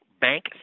bank